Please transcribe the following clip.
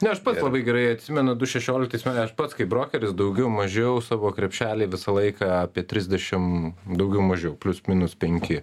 ne aš pats labai gerai atsimenu du šešioliktais metais aš pats kaip brokeris daugiau mažiau savo krepšely visą laiką apie trisdešim daugiau mažiau plius minus penki